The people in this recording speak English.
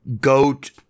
Goat